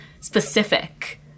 specific